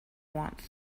wants